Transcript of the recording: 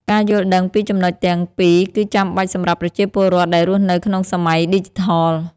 ការយល់ដឹងពីចំណុចទាំងពីរគឺចាំបាច់សម្រាប់ប្រជាពលរដ្ឋដែលរស់នៅក្នុងសម័យឌីជីថល។